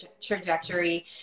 trajectory